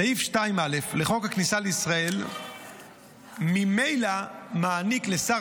סעיף 2(א) לחוק הכניסה לישראל ממילא מעניק לשר